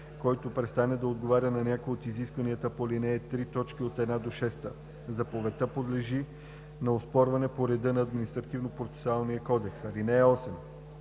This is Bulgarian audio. който престане да отговаря на някое от изискванията по ал. 3, т. 1 – 6. Заповедта подлежи на оспорване по реда на Административнопроцесуалния кодекс. (8)